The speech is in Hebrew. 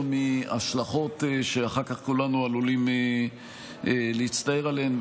מהשלכות שאחר כך כולנו עלולים להצטער עליהן.